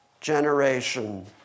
generation